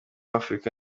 afurika